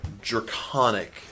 draconic